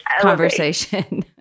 conversation